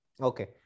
Okay